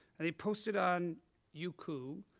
and they posted on youku,